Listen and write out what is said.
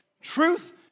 Truth